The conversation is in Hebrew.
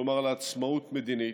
כלומר לעצמאות מדינית,